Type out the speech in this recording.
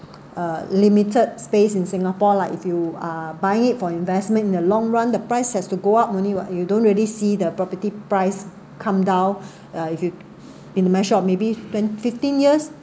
a limited space in singapore lah if you are buying it for investment in the long run the price has to go up only what you don't really see the property price come down uh if you you measure of maybe ten fifteen years